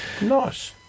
Nice